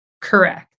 Correct